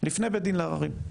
לפני בית דין לערערים,